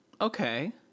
okay